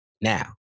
Now